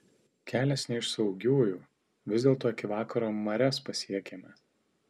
kelias ne iš saugiųjų vis dėlto iki vakaro marias pasiekėme